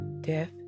death